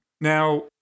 Now